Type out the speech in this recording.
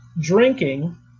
drinking